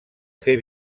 fer